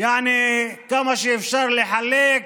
יעני, כמה שאפשר לחלק,